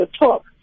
talk